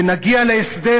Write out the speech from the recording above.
ונגיע להסדר,